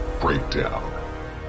Breakdown